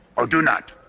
or do not.